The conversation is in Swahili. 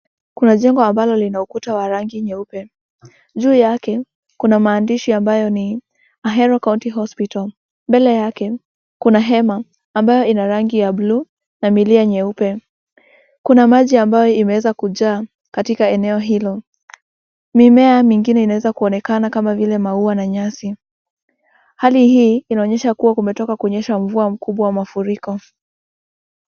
Kuna jengo ambalo lina ukuta wa rangi nyeupe, juu yake, kuna maandishi ambayo ni, ahero County hospital, mbele yake kuna hema, ambayo ina rangi ya buluu, na milia nyeupe, kuna maji ambayo imeweza kujaa katika eneo hilo, mimea inaweaa kuonekana kama vile maua na nyasi, hali hii inaonyesha kuwa kumetoka kunyesha mvua mkubwa wa mafuriko.